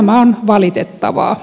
tämä on valitettavaa